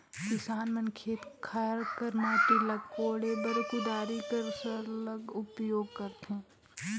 किसान मन खेत खाएर कर माटी ल कोड़े बर कुदारी कर सरलग उपियोग करथे